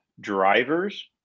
drivers